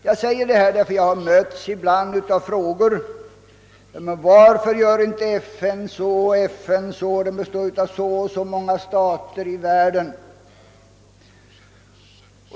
Jag säger detta därför att jag ibland möts av frågan varför FN inte gör så eller så, då organisationen består av så och så många stater i världen.